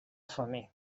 femer